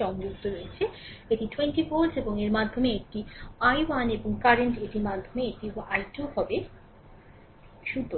সংযুক্ত রয়েছে এটি 20 ভোল্ট এবং এর মাধ্যমে এটি i1 এবং কারেন্ট এটির মাধ্যমে এটি i2 হবে